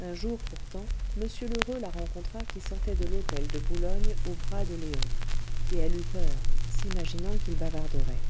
un jour pourtant m lheureux la rencontra qui sortait de l'hôtel de boulogne au bras de léon et elle eut peur s'imaginant qu'il bavarderait